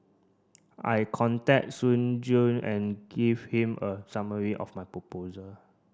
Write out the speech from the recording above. I contact Soon Juan and gave him a summary of my proposal